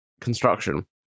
construction